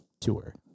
tour